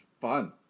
fun